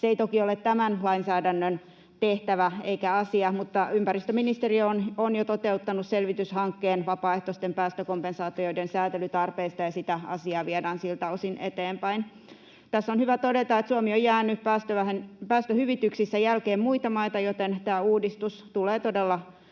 Se ei toki ole tämän lainsäädännön tehtävä eikä asia, mutta ympäristöministeriö on jo toteuttanut selvityshankkeen vapaaehtoisten päästökompensaatioiden säätelytarpeista, ja sitä asiaa viedään siltä osin eteenpäin. Tässä on hyvä todeta, että Suomi on jäänyt päästöhyvityksissä muita maita jälkeen, joten tämä rahankeräyslain uudistus tulee todella